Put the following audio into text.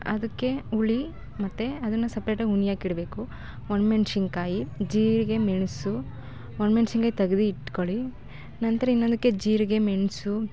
ಅದಕ್ಕೆ ಹುಳಿ ಮತ್ತು ಅದನ್ನು ಸಪ್ರೇಟಾಗಿ ಹುಳಿಯಾಕಿಡ್ಬೇಕು ಒಣ ಮೆಣಸಿನ್ಕಾಯಿ ಜೀರಿಗೆ ಮೆಣಸು ಒಣ ಮೆಣ್ಶಿನ್ಕಾಯಿ ತೆಗ್ದು ಇಟ್ಕೊಳಿ ನಂತರ ಇನ್ನೊಂದಕ್ಕೆ ಜೀರಿಗೆ ಮೆಣಸು